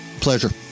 Pleasure